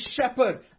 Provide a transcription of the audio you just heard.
shepherd